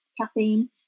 caffeine